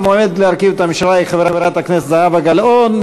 המועמדת להרכיב את הממשלה היא חברת הכנסת זהבה גלאון.